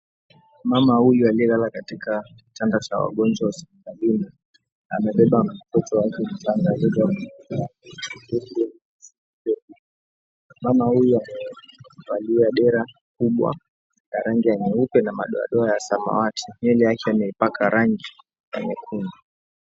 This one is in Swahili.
Mama huyu aliyelala katika kitanda cha wagonjwa wa hospitalini amebeba mtoto wake mchanga aliyefungwa. Mama huyu amevaa dera kubwa ya rangi ya nyeupe na madoadoa ya samawati. Nywele yake amepaka rangi ya nyekundu.